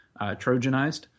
trojanized